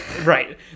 Right